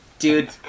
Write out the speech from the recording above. Dude